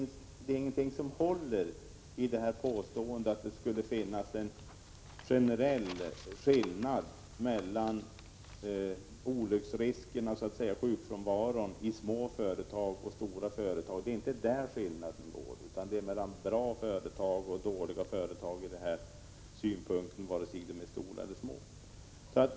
Det finns inget belägg för påståendet att det generellt skulle vara skillnad i fråga om olycksriskerna och sjukfrånvaron mellan små företag och stora företag. Det är inte där skiljelinjen går utan mellan i det här avseendet bra företag och dåliga företag, oavsett om de är stora eller små.